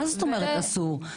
מה זאת אומרת "אסור"?